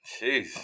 Jeez